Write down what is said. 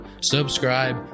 Subscribe